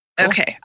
Okay